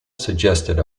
suggested